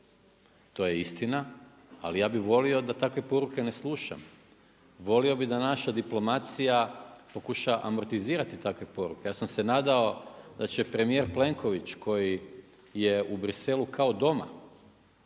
to je istina. Ali ja bih volio da takve poruke ne slušam. Volio bih da naša diplomacija pokuša amortizirati takve poruke. Ja sam se nadao da će premijer Plenković koji je u Bruxellesu kao doma,